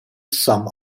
some